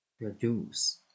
Reduce